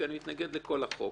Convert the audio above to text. כי אני מתנגד לכל החוק,